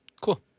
Cool